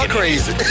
crazy